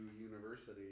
University